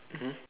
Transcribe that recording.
mmhmm